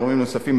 עם גורמים נוספים,